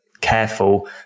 careful